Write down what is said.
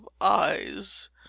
eyes